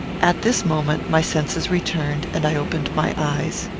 at this moment my senses returned, and i opened my eyes.